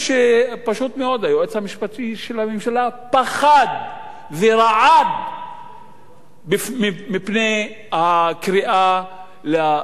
היועץ המשפטי של הממשלה פחד ורעד מפני הקריאה לרב לחקירה,